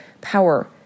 power